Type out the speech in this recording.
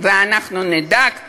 ואני לא ידעתי מה להגיד לה.